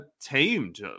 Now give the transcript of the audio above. tamed